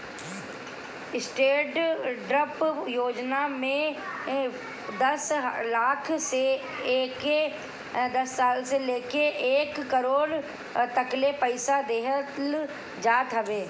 stand up योजना में दस लाख से लेके एक करोड़ तकले पईसा देहल जात हवे